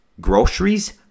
Groceries